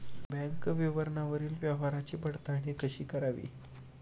Bank विवरणावरील व्यवहाराची पडताळणी कशी करावी?